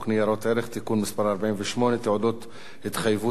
ניירות ערך (תיקון מס' 48) (תעודות התחייבות),